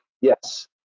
yes